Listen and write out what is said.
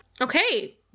Okay